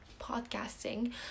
podcasting